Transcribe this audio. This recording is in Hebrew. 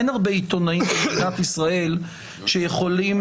אין הרבה עיתונאים במדינת ישראל שיכולים